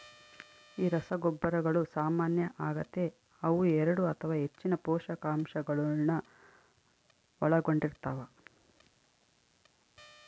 ಈ ರಸಗೊಬ್ಬರಗಳು ಸಾಮಾನ್ಯ ಆಗತೆ ಅವು ಎರಡು ಅಥವಾ ಹೆಚ್ಚಿನ ಪೋಷಕಾಂಶಗುಳ್ನ ಒಳಗೊಂಡಿರ್ತವ